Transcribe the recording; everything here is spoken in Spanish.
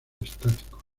estáticos